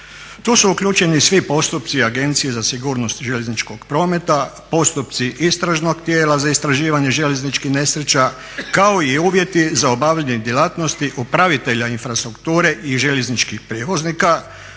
Tu su uključeni svi postupci Agencije za sigurnost željezničkog prometa, postupci istražnog tijela za istraživanje željezničkih nesreća kao i uvjeti za obavljanje djelatnosti upravitelja infrastrukture i željezničkih prijevoznika,